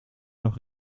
noch